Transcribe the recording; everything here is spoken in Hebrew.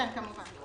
כמובן.